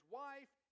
wife